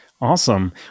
Awesome